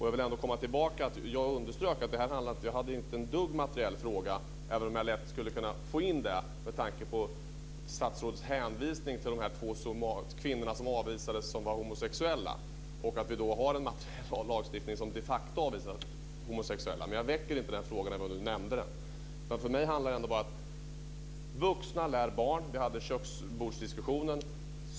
Jag vill ändå komma tillbaka till att jag underströk att det här inte var en materiell fråga, även om jag lätt skulle kunna få in det med tanke på statsrådets hänvisning till de två kvinnor som avvisades, som var homosexuella, och att vi då har en materiell lagstiftning som de facto avvisar homosexuella. Men jag väcker inte den frågan även om statsrådet nämnde den. För mig handlar det om att vuxna lär barn - köksbordsdiskussionen.